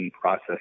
process